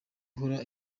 ahorana